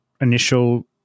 initial